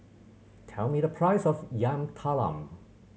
tell me the price of Yam Talam